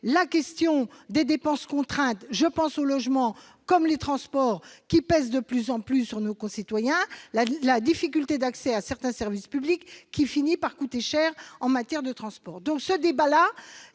la précarité, des dépenses contraintes- je pense au logement qui, comme les transports, pèse de plus en plus sur nos concitoyens -, et de la difficulté d'accès à certains services publics qui finit par coûter cher en transports.